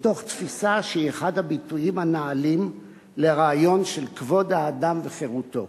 מתוך תפיסה שהוא אחד הביטויים הנעלים לרעיון של כבוד האדם וחירותו.